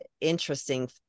interesting